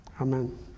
Amen